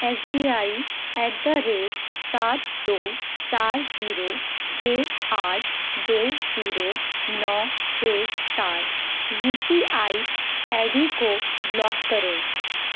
S B I at the rate سات دو چار زیرو چھ آٹھ دو زیرو نو چھ سات U P I I D کو بلاک کرو